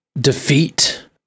defeat